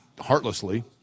heartlessly